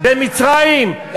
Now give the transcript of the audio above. במצרים?